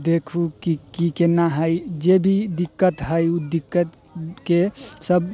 देखू की की केना हइ जे भी दिक्कत हइ ओ दिक्कतके सभ